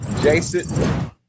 Jason